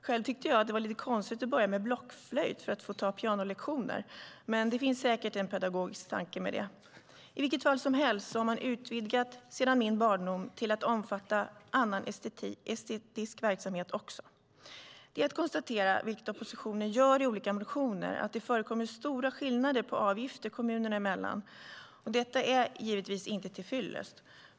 Själv tyckte jag att det var lite konstigt att börja med blockflöjt för att få ta pianolektioner, men det finns säkert en pedagogisk tanke med det. I vilket fall som helst har man sedan min barndom utvidgat skolan till att också omfatta annan estetisk verksamhet. Det är att konstatera, vilket oppositionen gör i olika motioner, att det förekommer stora skillnader i avgifter kommunerna emellan. Detta är inte givetvis inte till fyllest.